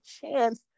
chance